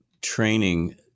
training